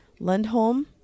Lundholm